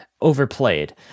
overplayed